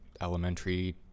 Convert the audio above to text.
elementary